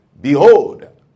Behold